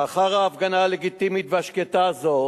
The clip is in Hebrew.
לאחר ההפגנה הלגיטימית והשקטה הזאת